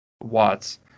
Watts